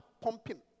pumping